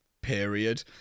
period